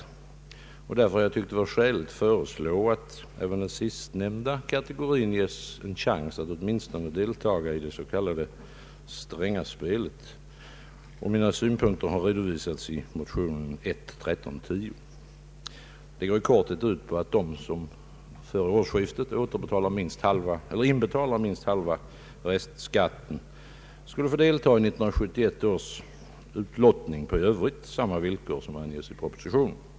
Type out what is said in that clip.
Jag har därför tyckt det vara skäligt att föreslå att även sistnämnda kategori bör få en chans att åtminstone delta i det så kallade Strängaspelet. Mina synpunk ter har redovisats i motionen I: 1310, och de går i korthet ut på att den som före årsskiftet inbetalar minst halva restskatten skulle få delta i 1971 års utlottning på i övrigt samma villkor som anges i propositionen.